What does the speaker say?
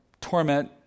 torment